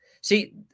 See